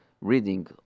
reading